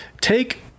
Take